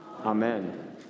Amen